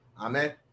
Amen